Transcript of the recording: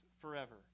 forever